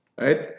right